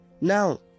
Now